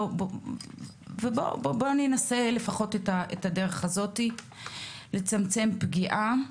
בואו ננסה לפחות את הדרך הזאת כדי לצמצם פגיעה,